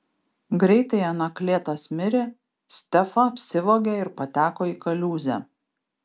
greitai anaklėtas mirė stefa apsivogė ir pateko į kaliūzę